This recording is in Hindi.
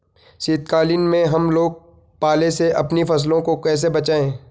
शीतकालीन में हम लोग पाले से अपनी फसलों को कैसे बचाएं?